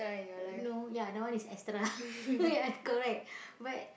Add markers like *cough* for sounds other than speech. no ya that one is extra *laughs* ya correct but